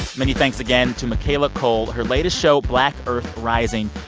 many thanks again to michaela coel. her latest show, black earth rising,